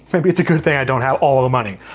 maybe it's a good thing i don't have all the money.